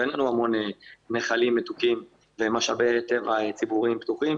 ואין לנו המון נחלים מתוקים למשאבי טבע ציבוריים פתוחים,